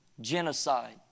genocide